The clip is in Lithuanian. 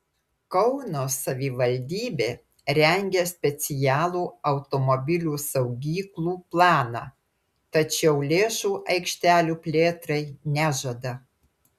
kauno savivaldybė rengia specialų automobilių saugyklų planą tačiau lėšų aikštelių plėtrai nežada